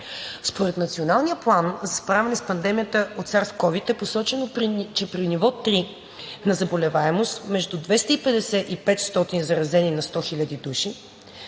Според Националния план за справяне с пандемията от SARS-CoV-2 е посочено, че при ниво 3 на заболеваемост между 250 и 500 заразени на 100 хиляди